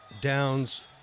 downs